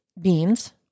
beans